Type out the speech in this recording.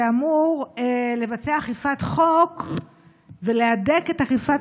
שאמור לבצע אכיפת חוק ולהדק את אכיפת